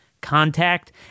contact